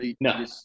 No